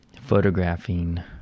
photographing